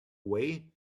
way